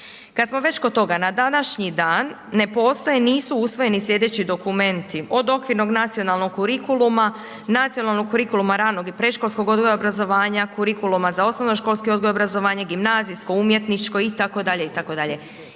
Kad smo već kod toga na današnji dan ne postoji, nisu usvojeni slijedeći dokumenti. Od okvirnog nacionalnog kurikuluma, nacionalnog kurikuluma ranog i predškolskog odgoja obrazovanja, kurikuluma za osnovnoškolski odgoj obrazovanja, gimnazijsko, umjetničko itd.,,